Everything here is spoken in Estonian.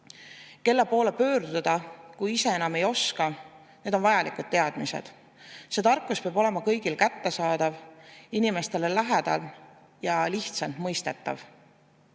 kelle poole pöörduda, kui ise enam ei oska – need on vajalikud teadmised. See tarkus peab olema kõigile kättesaadav, inimestele lähedal ja lihtsalt mõistetav. Alustame